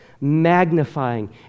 magnifying